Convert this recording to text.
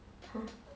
!huh!